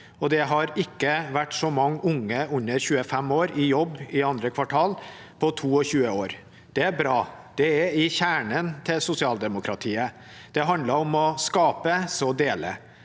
det har ikke vært så mange unge under 25 år i jobb i andre kvartal på 22 år. Det er bra. Dette er kjernen i sosialdemokratiet: Det handler om å skape, og så dele,